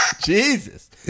Jesus